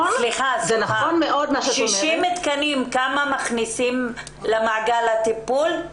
60 תקנים, כמה הם מכניסים למעגל הטיפול?